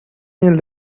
miel